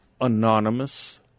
anonymous